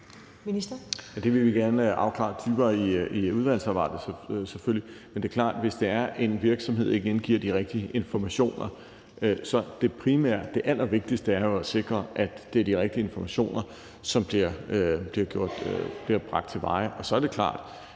selvfølgelig gerne afklare dybere i udvalgsarbejdet, men det er klart, at hvis det er sådan, at en virksomhed ikke indgiver de rigtige informationer, så er det allervigtigste at sikre, at det er de rigtige informationer, som bliver bragt til veje.